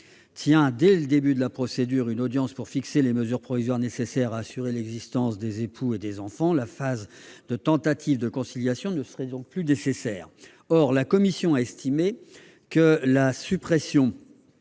tient, dès le début de la procédure, une audience pour fixer les mesures provisoires nécessaires à assurer l'existence des époux et des enfants, la phase de tentative de conciliation ne serait plus nécessaire. Or la commission a considéré que la suppression